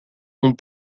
ont